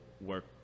work